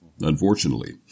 unfortunately